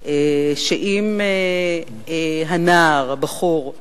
שאם הנער, הבחור,